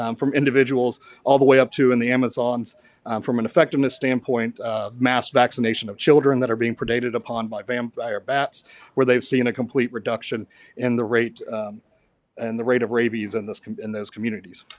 um from individuals all the way up to in the amazons from an effectiveness standpoint mass vaccination of children that are being predated upon by vampire bats where they've seen a complete reduction in the rate and the rate of rabies and in those communities.